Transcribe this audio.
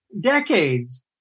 decades